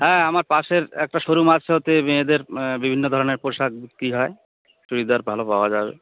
হ্যাঁ আমার পাশের একটা শোরুম আছে ওতে মেয়েদের বিভিন্ন ধরনের পোশাক বিক্রি হয় চুড়িদার ভালো পাওয়া যাবে